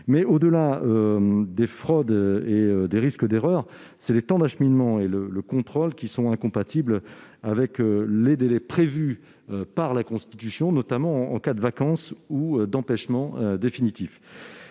Au-delà des fraudes et des risques d'erreur, les temps d'acheminement et de contrôle sont incompatibles avec les délais prévus par la Constitution, notamment en cas de vacance ou d'empêchement définitif.